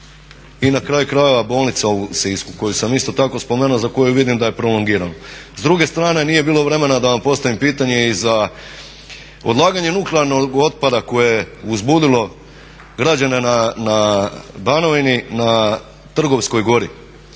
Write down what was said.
i na kraju krajeva i Bolnica u Sisku koju sam isto tako spomenuo za koju vidim da je prolongirano. S druge strane nije bilo vremena da vam postavim pitanje i za odlaganje nuklearnog otpada koje je uzbudilo građani na Banovini na Trgovskoj gori.